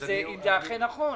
אם זה אכן נכון.